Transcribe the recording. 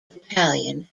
battalion